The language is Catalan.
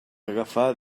agafar